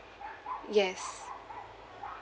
yes